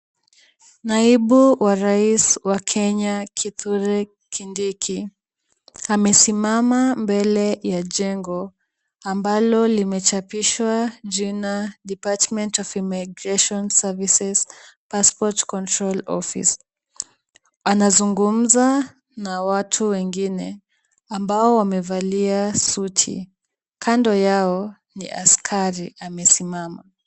Naibu wa rais wa Kenya Kithure Kindiki amesimama mbele ya jengo ambalo limechapishwa jina Department of Immigration Services Passport Control Ofice . Anazungumza na watu wengine ambao wamevalia suti. Kando yao ni askari amesimama.